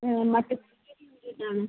മറ്റേ ആണ്